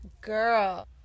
girl